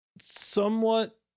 somewhat